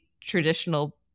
traditional